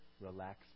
relax